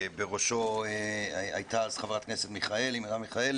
שבראשו הייתה אז חברת הכנסת מרב מיכאלי,